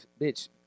bitch